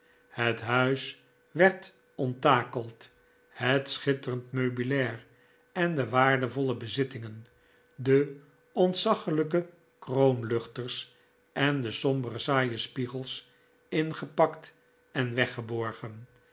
het huis werd onttakeld het schitterend meubilair en de waardevolle bezittingen de ontzaglijke kroonluchters en de sombere saaie spiegels ingepakt en weggeborgen